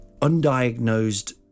undiagnosed